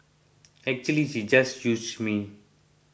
actually she just used me